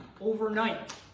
overnight